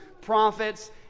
prophets